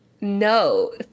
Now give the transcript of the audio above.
No